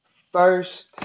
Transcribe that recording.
First